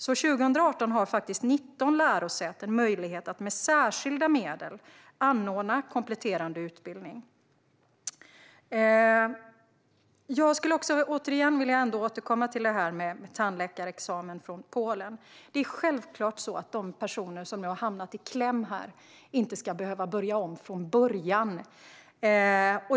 År 2018 har faktiskt 19 lärosäten möjlighet att med särskilda medel anordna kompletterande utbildning. Jag skulle vilja återkomma till det här med tandläkarexamen från Polen. Det är självklart att de personer som har hamnat i kläm inte ska behöva börja om från början.